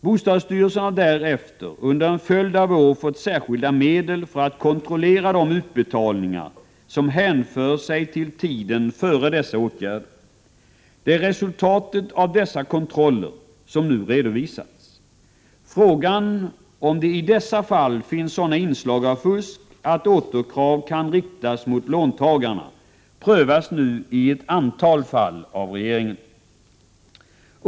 Bostadsstyrelsen har därefter under en följd av år fått särskilda medel för att kontrollera de utbetalningar som hänför sig till tiden före dessa åtgärder. Det är resultatet av dessa kontroller som nu redovisats. Frågan om det i dessa fall finns sådana inslag av fusk att återkrav kan riktas mot låntagarna prövas nu i ett antal fall av regeringen.